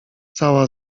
cała